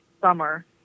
summer